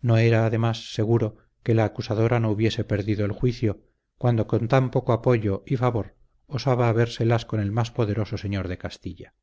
no era además seguro que la acusadora no hubiese perdido el juicio cuando con tan poco apoyo y favor osaba habérselas con el más poderoso señor de castilla